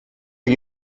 que